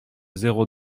zéro